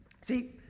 See